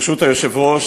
ברשות היושב-ראש,